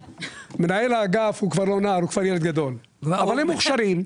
מנהל האגף כבר לא נער אלא ילד גדול אבל הם מוכשרים.